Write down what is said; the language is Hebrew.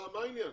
מה העניין?